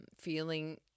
feeling